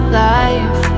life